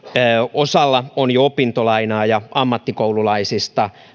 osalla on jo opintolainaa ja ammattikoululaisista